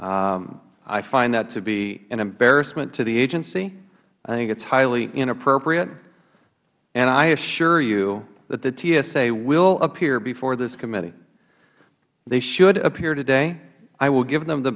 d i find that to be an embarrassment to the agency i think it is highly inappropriate and i assure you that the tsa will appear before this committee they should appear today i will give them the